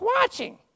watching